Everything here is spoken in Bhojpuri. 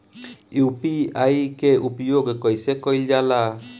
यू.पी.आई के उपयोग कइसे कइल जाला?